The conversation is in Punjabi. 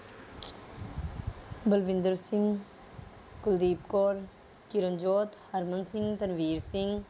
ਬਲਵਿੰਦਰ ਸਿੰਘ ਕੁਲਦੀਪ ਕੌਰ ਕਿਰਨਜੋਤ ਹਰਮਨ ਸਿੰਘ ਤਨਵੀਰ ਸਿੰਘ